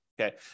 okay